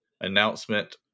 announcement